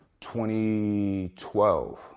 2012